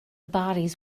bodies